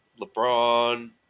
LeBron